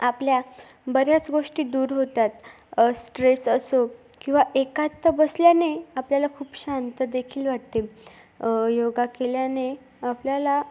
आपल्या बऱ्याच गोष्टी दूर होतात स्ट्रेस असो किंवा एकांत बसल्याने आपल्याला खूप शांत देखील वाटते योगा केल्याने आपल्याला